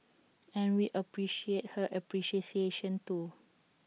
and we appreciate her appreciation too